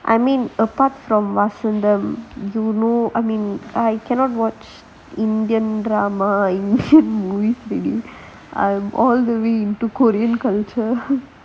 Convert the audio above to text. I mean apart from vasantham them you know I mean I cannot watch indian drama indian movie I'm all into korean culture